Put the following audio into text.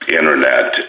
internet